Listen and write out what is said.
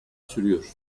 sürüyor